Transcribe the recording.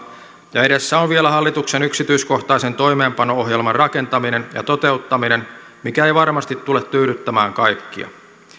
ja edessä on vielä hallituksen yksityiskohtaisen toimeenpano ohjelman rakentaminen ja toteuttaminen mikä ei varmasti tule tyydyttämään kaikkia